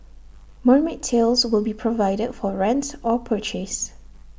mermaid tails will be provided for rent or purchase